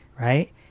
right